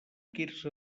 quirze